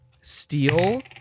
steal